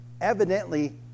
evidently